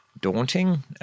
daunting